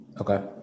Okay